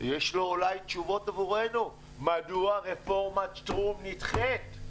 יש אולי תשובות עבורנו מדוע רפורמת שטרום נדחית?